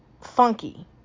funky